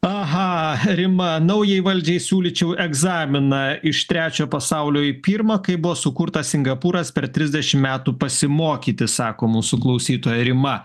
aha rima naujai valdžiai siūlyčiau egzaminą iš trečio pasaulio į pirmą kaip buvo sukurtas singapūras per trisdešimt metų pasimokyti sako mūsų klausytoja rima